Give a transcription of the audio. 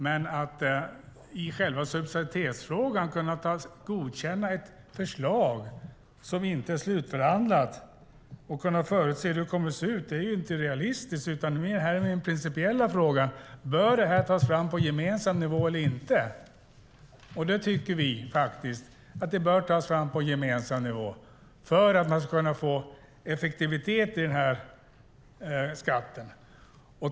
Men att i själva subsidiaritetsfrågan kunna godkänna ett förslag som inte är slutförhandlat och förutse hur det kommer att se ut är inte realistiskt, utan det handlar om den principiella frågan: Bör det här tas fram på gemensam nivå eller inte? Det tycker vi. Det bör tas fram på gemensam nivå för att man ska kunna få effektivitet i den här skatten.